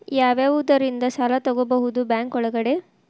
ಯಾವ್ಯಾವುದರಿಂದ ಸಾಲ ತಗೋಬಹುದು ಬ್ಯಾಂಕ್ ಒಳಗಡೆ?